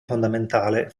fondamentale